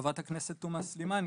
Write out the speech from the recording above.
חברת הכנסת תומא סלימאן